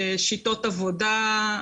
כשיטות עבודה,